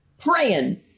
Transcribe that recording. praying